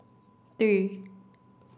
three